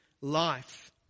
life